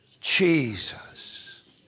Jesus